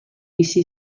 bizi